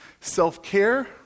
Self-care